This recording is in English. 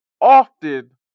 often